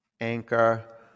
anchor